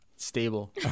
Stable